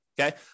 Okay